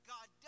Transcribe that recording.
God